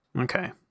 Okay